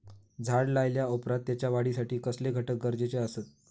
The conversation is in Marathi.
झाड लायल्या ओप्रात त्याच्या वाढीसाठी कसले घटक गरजेचे असत?